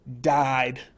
died